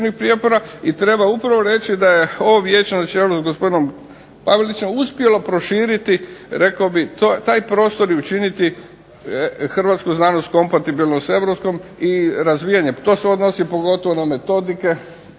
ali treba upravo reći da je ovo Vijeće na čelu sa gospodinom Pavelićem uspjelo proširiti taj prostor i učiniti Hrvatsku znanost kompatibilnu s Europskom i razvijanjem. To se odnosi na metodike